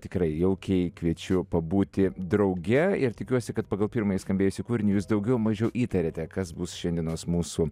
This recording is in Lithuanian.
tikrai jaukiai kviečiu pabūti drauge ir tikiuosi kad pagal pirmąjį skambėjusį kūrinį jūs daugiau mažiau įtariate kas bus šiandienos mūsų